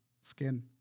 skin